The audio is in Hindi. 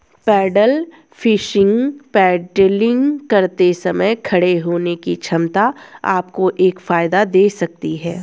पैडल फिशिंग पैडलिंग करते समय खड़े होने की क्षमता आपको एक फायदा दे सकती है